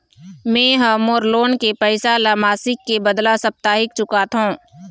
में ह मोर लोन के पैसा ला मासिक के बदला साप्ताहिक चुकाथों